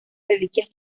reliquias